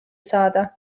saada